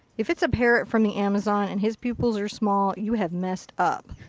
if it's a parrot from the amazon, and his pupils are small you have messed up.